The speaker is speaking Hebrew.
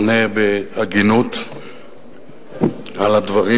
עונה בהגינות על הדברים.